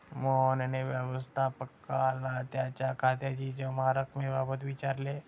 मोहनने व्यवस्थापकाला त्याच्या खात्यातील जमा रक्कमेबाबत विचारले